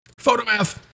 Photomath